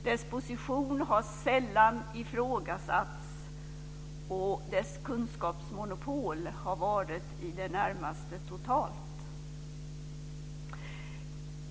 Dess position har sällan ifrågasatts och dess kunskapsmonopol har varit i det närmaste totalt.